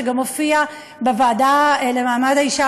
שגם הופיע בוועדה לקידום מעמד האישה